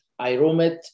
iRoomit